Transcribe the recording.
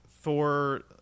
Thor